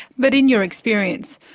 but in your experience,